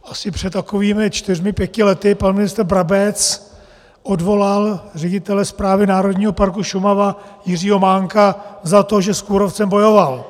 Asi před takovými čtyřmi pěti lety pan ministr Brabec odvolal ředitele Správy Národního parku Šumava Jiřího Mánka za to, že s kůrovcem bojoval.